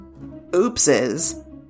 oopses